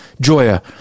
Joya